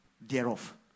thereof